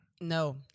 No